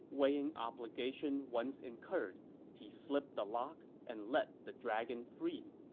weighing obligation once incurred he slipped the lock and let the dragon free